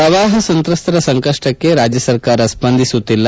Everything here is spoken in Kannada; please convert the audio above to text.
ಪ್ರವಾಹ ಸಂತ್ರಸ್ತರ ಸಂಕಷ್ಟಕ್ಕೆ ರಾಜ್ಯ ಸರ್ಕಾರ ಸ್ಪಂದಿಸುತ್ತಿಲ್ಲ